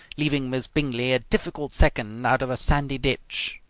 leaving miss bingley a difficult second out of a sandy ditch.